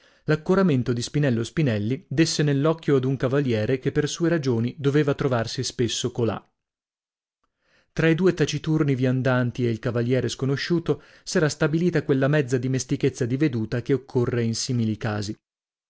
l'accoramento di spinello spinelli desse nell'occhio ad un cavaliere che per sue ragioni doveva trovarsi spesso colà tra i due taciturni viandanti e il cavaliere sconosciuto s'era stabilita quella mezza dimestichezza di veduta che occorre in simili casi